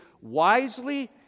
wisely